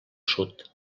sud